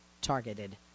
Targeted